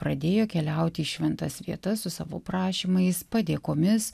pradėjo keliauti į šventas vietas su savo prašymais padėkomis